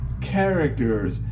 characters